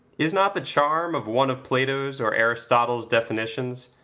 is not the charm of one of plato's or aristotle's definitions,